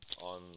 on